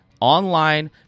online